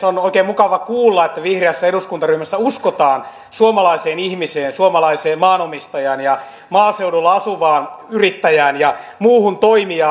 on oikein mukavaa kuulla että vihreässä eduskuntaryhmässä uskotaan suomalaiseen ihmiseen suomalaiseen maanomistajaan ja maaseudulla asuvaan yrittäjään ja muuhun toimijaan